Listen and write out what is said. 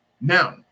Now